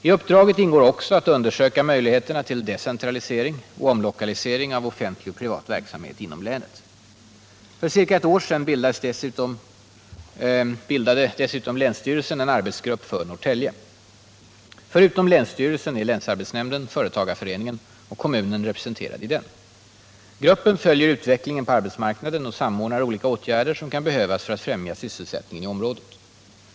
I uppdraget ingår också att undersöka möjligheterna till decentralisering och omlokalisering av offentlig och privat verksamhet inom länet. För ca ett år sedan bildade dessutom länsstyrelsen en arbetsgrupp för Norrtälje. Förutom länsstyrelsen är länsarbetsnämnden, företagarföreningen och kommunen representerade i den. Gruppen följer utvecklingen på arbetsmarknaden och samordnar olika åtgärder som kan behövas för att främja sysselsättningen i området.